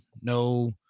No